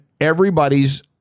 everybody's